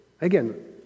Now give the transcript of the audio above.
Again